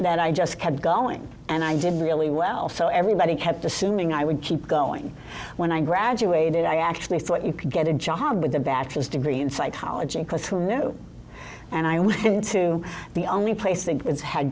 then i just kept going and i did really well so everybody kept assuming i would keep going when i graduated i actually thought you could get a job with a bachelor's degree in psychology because to know and i went into the only place they had